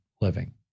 living